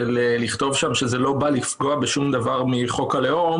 לכתוב שם שזה לא בא לפגוע בשום דבר מחוק הלאום